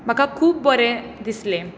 म्हाका खूब बरें दिसलें